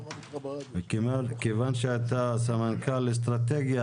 וכיוון שאתה סמנכ"ל אסטרטגי,